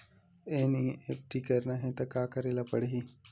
NEFT करना हे त का करे ल पड़हि?